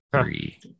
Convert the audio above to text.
three